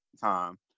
time